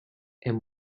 and